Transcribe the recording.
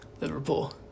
Liverpool